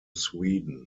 sweden